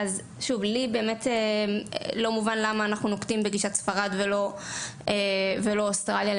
לי לא מובן למה אנחנו נוקטים בגישת ספרד ולא בגישת אוסטרליה.